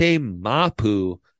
Mapu